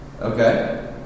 okay